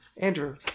Andrew